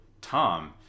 Tom